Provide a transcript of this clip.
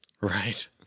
Right